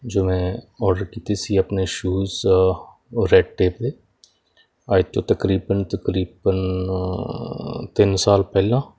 ਜਿਵੇਂ ਆਰਡਰ ਕੀਤੇ ਸੀ ਆਪਣੇ ਸ਼ੂਜ ਰੈਟੇਪ ਦੇ ਅੱਜ ਤੋਂ ਤਕਰੀਬਨ ਤਕਰੀਬਨ ਤਿੰਨ ਸਾਲ ਪਹਿਲਾਂ